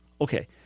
okay